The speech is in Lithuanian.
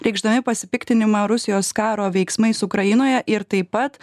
reikšdami pasipiktinimą rusijos karo veiksmais ukrainoje ir taip pat